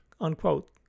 Unquote